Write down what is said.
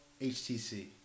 HTC